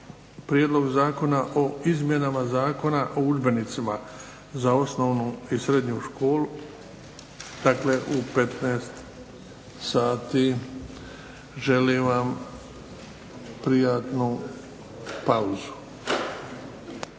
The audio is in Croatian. prijedlog Zakona o izmjenama Zakona o udžbenicima za osnovnu i srednju školu, dakle u 15 sati. Želim vam prijatnu pauzu.